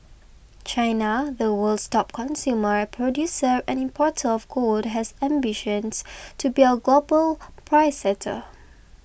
China the world's top consumer producer and importer of gold has ambitions to be a global price setter